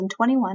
2021